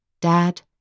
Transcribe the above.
dad